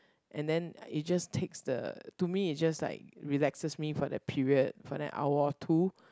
and then it just takes the to me it's just like relaxes me for that period for an hour or two